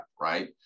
right